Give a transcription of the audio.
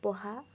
পঢ়া